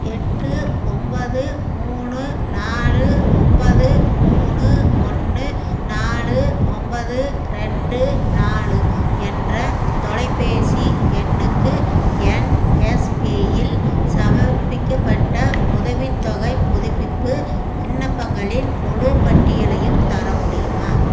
எட்டு ஒன்பது மூணு நாலு ஒன்பது மூணு ஒன்று நாலு ஒன்பது ரெண்டு நாலு என்ற தொலைபேசி எண்ணுக்கு என்எஸ்பியில் சமர்ப்பிக்கப்பட்ட உதவித்தொகைப் புதுப்பிப்பு விண்ணப்பங்களின் முழுப் பட்டியலையும் தர முடியுமா